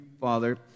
Father